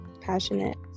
passionate